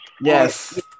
Yes